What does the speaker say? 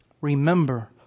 Remember